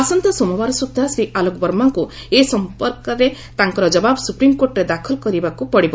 ଆସନ୍ତା ସୋମବାର ସୁଦ୍ଧା ଶ୍ରୀ ଆଲୋକ ବର୍ମାଙ୍କୁ ଏ ସଂକ୍ରାନ୍ତରେ ତାଙ୍କର ଜବାବ ସୁପ୍ରିମକୋର୍ଟରେ ଦାଖଲ କରିବାକୁ ପଡିବ